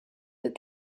that